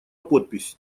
подпись